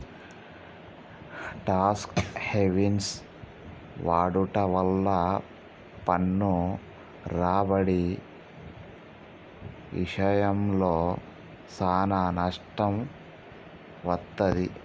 talks హెవెన్సి వాడుట వల్ల పన్ను రాబడి ఇశయంలో సానా నష్టం వత్తది